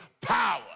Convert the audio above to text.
power